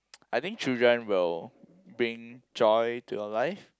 I think children will bring joy to your life